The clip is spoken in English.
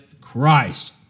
Christ